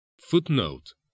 Footnote